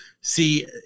See